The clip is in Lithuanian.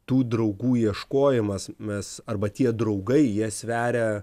tų draugų ieškojimas mes arba tie draugai jie sveria